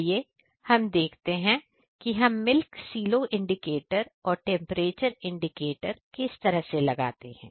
आइए हम देखते हैं कि हम मिल्क सिलो इंडिकेटर और टेंपरेचर इंडिकेटर किस तरह से लगाते हैं